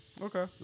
Okay